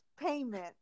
payment